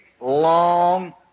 long